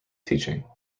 teaching